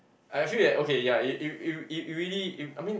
I feel that okay ya it it it it really it I mean